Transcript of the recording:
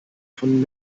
von